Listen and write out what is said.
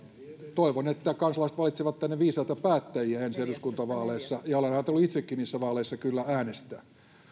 toivon että kansalaiset valitsevat tänne viisaita päättäjiä ensi eduskuntavaaleissa ja olen ajatellut itsekin niissä vaaleissa kyllä äänestää